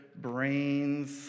brains